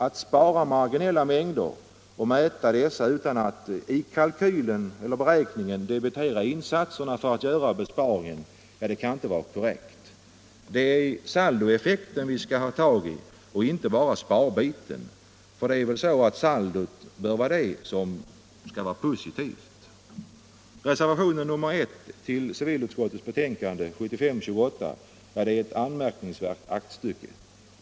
Att spara marginella mängder och mäta dessa utan att i kalkylen eller i beräkningen debitera insatserna för att göra besparingen kan inte vara korrekt. Det är saldoeffekten vi skall ha tag i och inte bara sparbiten. Saldot bör väl vara positivt? Reservationen 1 till civilutskottets betänkande 1975:28 är ett anmärkningsvärt aktstycke.